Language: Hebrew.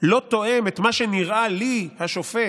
לא תואם את מה שנראה לי, השופט,